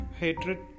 hatred